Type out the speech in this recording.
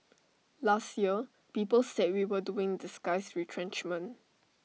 last year people said we were doing disguised retrenchment